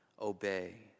obey